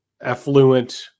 affluent